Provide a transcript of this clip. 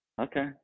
Okay